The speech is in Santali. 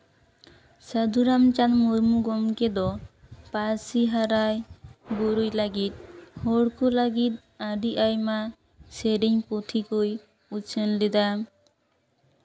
ᱥᱟᱹᱫᱷᱩ ᱨᱟᱢᱪᱟᱸᱫᱽ ᱢᱩᱨᱢᱩ ᱜᱚᱢᱠᱮ ᱫᱚ ᱯᱟᱹᱨᱥᱤ ᱦᱟᱨᱟᱭᱼᱵᱩᱨᱩᱭ ᱞᱟᱹᱜᱤᱫ ᱦᱚᱲ ᱠᱚ ᱞᱟᱹᱜᱤᱫ ᱟᱹᱰᱤ ᱟᱭᱢᱟ ᱥᱮᱨᱮᱧ ᱯᱩᱛᱷᱤ ᱠᱚᱭ ᱩᱪᱷᱟᱹᱱ ᱞᱮᱫᱟ